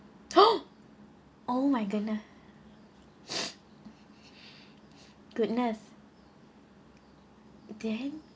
!oh! my goodness goodness dang